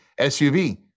SUV